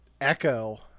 Echo